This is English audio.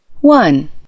One